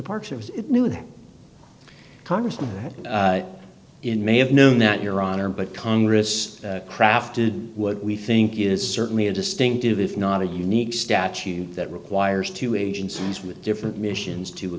with congressman in may have known that your honor but congress crafted what we think is certainly a distinctive if not a unique statute that requires two agencies with different missions to